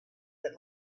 that